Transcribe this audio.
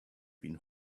been